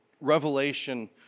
Revelation